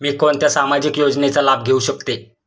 मी कोणत्या सामाजिक योजनेचा लाभ घेऊ शकते?